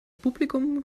publikum